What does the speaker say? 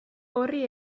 horri